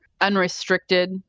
unrestricted